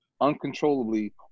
uncontrollably